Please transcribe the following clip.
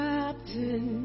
Captain